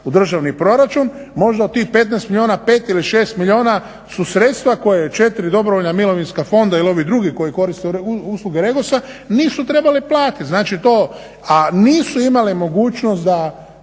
u državni proračun možda u tih 15 milijuna 5 ili 6 milijuna su sredstva koja u 4 dobrovoljna mirovinska fonda ili ovi drugi koji koriste usluge REGOS-a, nisu trebali platit, a nisu imali mogućnost da